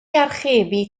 archebu